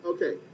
Okay